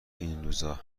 اینروزا